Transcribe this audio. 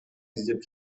издеп